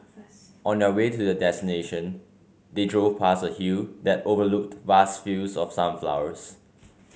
on the way to their destination they drove past a hill that overlooked vast fields of sunflowers